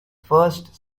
first